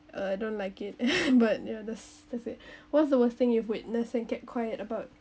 uh I don't like it but ya that's that's it what's the worst thing you witnessed and kept quiet about